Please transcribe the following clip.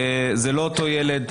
זה לא אותו ילד.